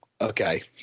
okay